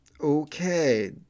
Okay